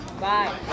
Bye